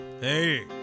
hey